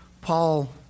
Paul